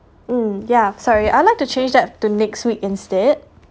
mm yeah sorry I'd like to change that to next week instead